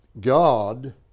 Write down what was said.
God